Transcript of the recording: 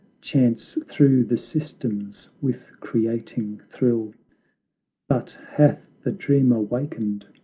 chants through the systems with creating thrill but hath the dreamer wakened,